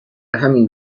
همین